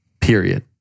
period